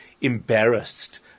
embarrassed